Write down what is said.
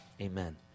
amen